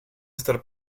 estar